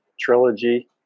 trilogy